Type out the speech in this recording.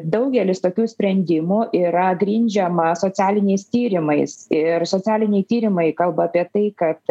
daugelis tokių sprendimų yra grindžiama socialiniais tyrimais ir socialiniai tyrimai kalba apie tai kad